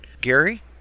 Gary